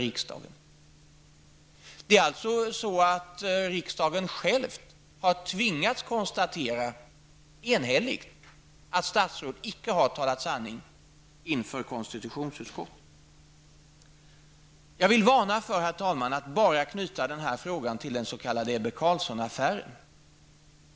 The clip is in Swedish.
Riksdagen själv har alltså enhälligt tvingats konstatera att statsråd icke har talat sanning inför konstitutionsutskottet. Jag vill, herr talman, varna för att bara knyta den här frågan till den s.k. Ebbe Carlsson-affären.